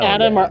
Adam